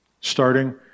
starting